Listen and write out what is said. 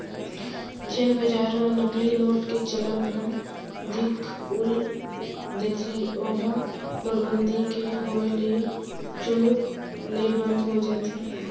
जेन बजार म नकली नोट के चलन ह दिखउल देथे ओहा नोटबंदी के होय ले चुमुक ले बंद हो जाथे